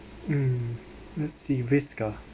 um let's see risk ah